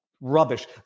rubbish